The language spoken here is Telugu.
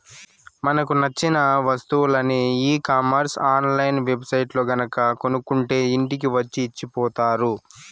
మనకు నచ్చిన వస్తువులని e commerce online web సైట్లల్లో గనక కొనుక్కుంటే ఇంటికి వచ్చి ఇచ్చిపోతారు